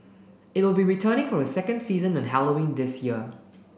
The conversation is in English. it will be returning for a second season on Halloween this year